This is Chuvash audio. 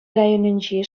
районӗнчи